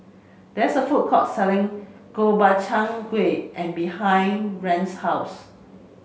there is a food court selling Gobchang Gui behind Rance's house